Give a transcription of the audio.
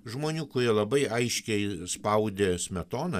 žmonių kurie labai aiškiai spaudė smetoną